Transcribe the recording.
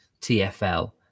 tfl